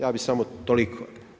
Ja bi samo toliko.